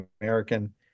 American